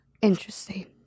interesting